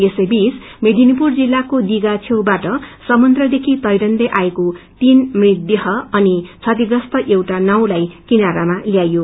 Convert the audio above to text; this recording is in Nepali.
यसैबीच मेदिनीपुर जिल्लाको दिघा छेउबाट समुद्रदेखि तैरिन्दै आएको तीन मृत देह अनि बतिप्रस्त एउटा नाउँलाई किनारामा ल्याइयो